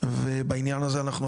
ובעניין הזה אנחנו,